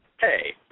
Hey